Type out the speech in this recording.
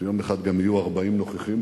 ויום אחד גם יהיו 40 נוכחים